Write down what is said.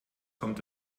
kommt